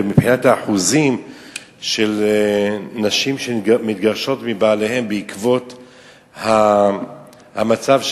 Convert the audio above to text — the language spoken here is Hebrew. ומבחינת האחוזים של נשים שמתגרשות מבעליהן בעקבות המצב,